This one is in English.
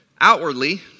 outwardly